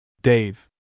Dave